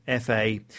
FA